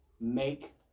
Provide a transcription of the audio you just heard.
Make